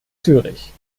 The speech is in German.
zürich